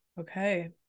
Okay